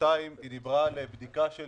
לפי העניין, לחוק מס ערך מוסף,